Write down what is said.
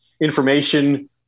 information